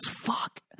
fuck